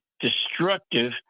destructive